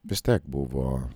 vis tiek buvo